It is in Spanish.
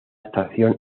estación